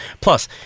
Plus